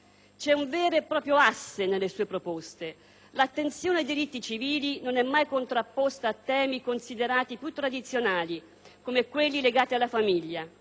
C'è un vero e propria asse nelle sue proposte: l'attenzione ai diritti civili non è mai contrapposta a temi considerati "più tradizionali", come quelli legati alla famiglia.